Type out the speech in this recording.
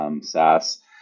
SaaS